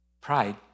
Pride